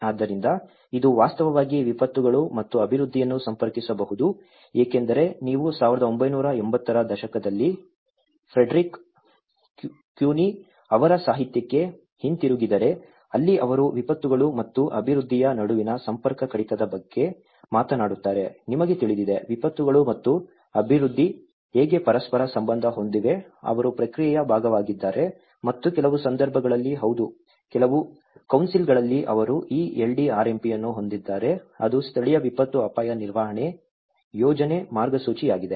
ಆದ್ದರಿಂದ ಇದು ವಾಸ್ತವವಾಗಿ ವಿಪತ್ತುಗಳು ಮತ್ತು ಅಭಿವೃದ್ಧಿಯನ್ನು ಸಂಪರ್ಕಿಸಬಹುದು ಏಕೆಂದರೆ ನೀವು 1980 ರ ದಶಕದಲ್ಲಿ ಫ್ರೆಡೆರಿಕ್ ಕುನಿ ಅವರ ಸಾಹಿತ್ಯಕ್ಕೆ ಹಿಂತಿರುಗಿದರೆ ಅಲ್ಲಿ ಅವರು ವಿಪತ್ತುಗಳು ಮತ್ತು ಅಭಿವೃದ್ಧಿಯ ನಡುವಿನ ಸಂಪರ್ಕ ಕಡಿತದ ಬಗ್ಗೆ ಮಾತನಾಡುತ್ತಾರೆ ನಿಮಗೆ ತಿಳಿದಿದೆ ವಿಪತ್ತುಗಳು ಮತ್ತು ಅಭಿವೃದ್ಧಿ ಹೇಗೆ ಪರಸ್ಪರ ಸಂಬಂಧ ಹೊಂದಿವೆ ಅವರು ಪ್ರಕ್ರಿಯೆಯ ಭಾಗವಾಗಿದ್ದಾರೆ ಮತ್ತು ಕೆಲವು ಸಂದರ್ಭಗಳಲ್ಲಿ ಹೌದು ಕೆಲವು ಕೌನ್ಸಿಲ್ಗಳಲ್ಲಿ ಅವರು ಈ LDRMP ಅನ್ನು ಹೊಂದಿದ್ದಾರೆ ಅದು ಸ್ಥಳೀಯ ವಿಪತ್ತು ಅಪಾಯ ನಿರ್ವಹಣೆ ಯೋಜನೆ ಮಾರ್ಗಸೂಚಿಯಾಗಿದೆ